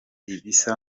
ibisa